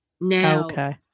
Now